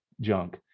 junk